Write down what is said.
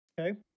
Okay